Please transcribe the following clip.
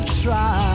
try